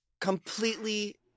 completely